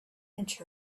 inch